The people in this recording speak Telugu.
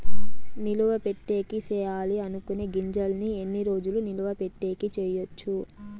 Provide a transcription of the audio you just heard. నిలువ పెట్టేకి సేయాలి అనుకునే గింజల్ని ఎన్ని రోజులు నిలువ పెట్టేకి చేయొచ్చు